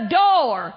door